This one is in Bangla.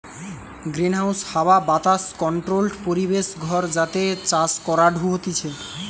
গ্রিনহাউস হাওয়া বাতাস কন্ট্রোল্ড পরিবেশ ঘর যাতে চাষ করাঢু হতিছে